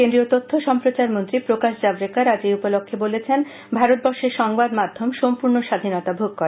কেন্দ্রীয় তথ্য ও সম্প্রচার মন্ত্রী প্রকাশ জাভরেকর আজ এই উপলক্ষে বলেন যে ভারতবর্ষে সংবাদ মাধ্যম সম্পূর্ণ স্বাধীনতা ভোগ করে